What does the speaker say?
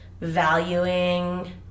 valuing